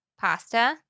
pasta